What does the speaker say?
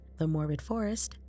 themorbidforest